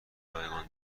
رایگان